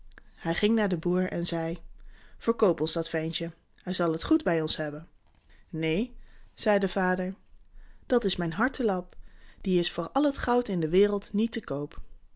hij ging naar den boer en zeide verkoop ons dat ventje hij zal het goed bij ons hebben neen zei de vader dat is mijn hartelap die is voor al het goud in de wereld niet te koop